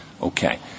Okay